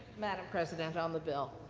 madam president, on the bill.